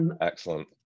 Excellent